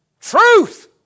truth